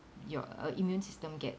your uh immune system gets